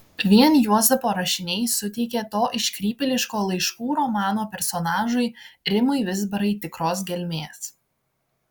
vien juozapo rašiniai suteikė to iškrypėliško laiškų romano personažui rimui vizbarai tikros gelmės